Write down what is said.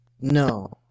No